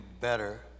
better